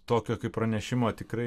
tokio pranešimo tikrai